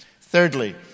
Thirdly